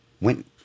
went